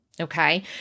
okay